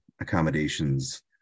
accommodations